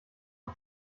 mal